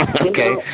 Okay